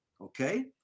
Okay